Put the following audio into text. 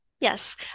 Yes